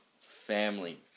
family